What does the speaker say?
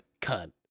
Cunt